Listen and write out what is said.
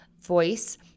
voice